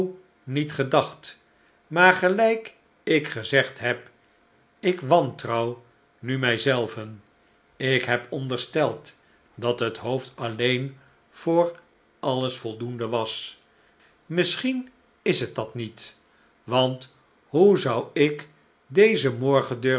niet gedacht maar gelijk ik gezegd heb ik wantrouw nu mij zelven ik heb ondersteld dat het hoofd alleen voor alles voldoende was misschien is het dat niet want hoe zou ik dezen morgen